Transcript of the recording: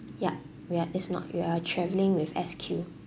yup ya it's not you are travelling with S Q